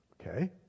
Okay